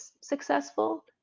successful